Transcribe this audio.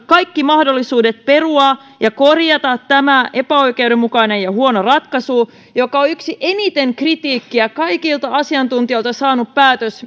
kaikki mahdollisuudet perua ja korjata tämä epäoikeudenmukainen ja huono ratkaisu joka on yksi eniten kritiikkiä kaikilta asiantuntijoilta saanut päätös